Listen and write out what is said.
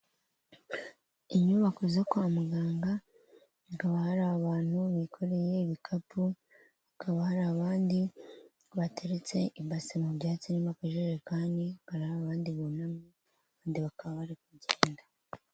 Inyubako zo kwa muganga, hakaba hari abantu bikoreye ibikapu, hakaba hari abandi bateretse ibase mu byatsi irimo akajerekani, hakaba hari abandi bunamye, abandi bakaba bari kugenda.